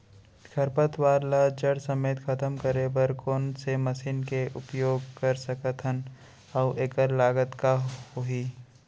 खरपतवार ला जड़ समेत खतम करे बर कोन से मशीन के उपयोग कर सकत हन अऊ एखर लागत का होही?